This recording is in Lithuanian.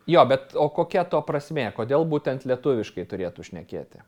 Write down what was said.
jo bet o kokia to prasmė kodėl būtent lietuviškai turėtų šnekėti